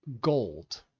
gold